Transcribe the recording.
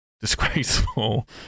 disgraceful